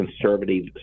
conservative